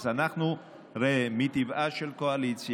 אז אנחנו, ראה, מטבעה של קואליציה,